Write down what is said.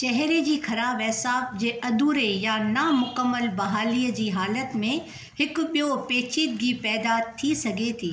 चेहरे जी ख़राब ऐसाबु जे अधूरे या नामुकम्मलु बहालीअ जी हालति में हिकु बि॒यो पेचीदगी पैदा थी सघे थी